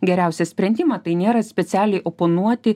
geriausią sprendimą tai nėra specialiai oponuoti